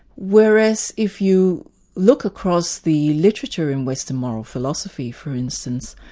whereas if you look across the literature in western moral philosophy for instance,